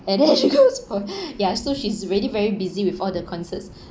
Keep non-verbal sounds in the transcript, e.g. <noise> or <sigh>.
and then <laughs> she goes for ya so she's really very busy with all the concerts